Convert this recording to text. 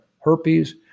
herpes